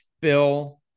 Bill